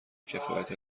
کفایت